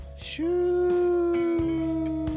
Shoo